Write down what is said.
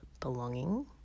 belonging